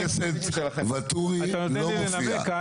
חבר הכנסת ואטורי לא מופיע.